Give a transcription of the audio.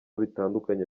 bitandukanye